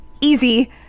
easy